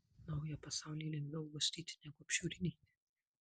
naują pasaulį lengviau uostyti negu apžiūrinėti